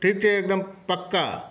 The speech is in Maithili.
ठीक छै एकदम पक्का